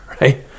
right